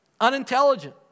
unintelligent